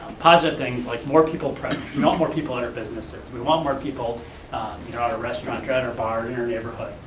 positive things like more people present, not more people at our businesses. we want more people ah you know in our restaurant, driver bar, inner-neighborhood.